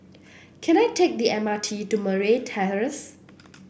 can I take the M R T to Murray Terrace